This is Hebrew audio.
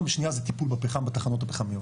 והשנייה זה טיפול בפחם בתחנות הפחמיות.